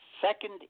Second